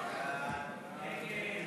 סעיף 2,